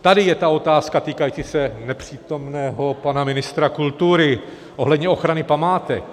Tady je ta otázka, týkající se nepřítomného pana ministra kultury ohledně ochrany památek.